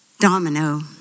Domino